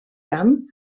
camp